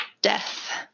Death